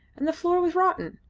and the floor was rotten.